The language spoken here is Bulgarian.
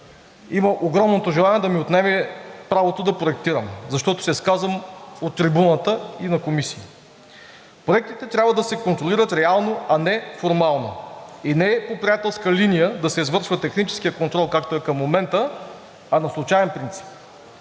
има огромното желание да ми отнеме правото да проектирам, защото се изказвам от трибуната и на комисии. Проектите трябва да се контролират реално, а не формално и не по приятелска линия да се извършва техническият контрол, както е към момента, а на случаен принцип.